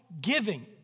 giving